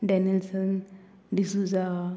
Danilson D'Souza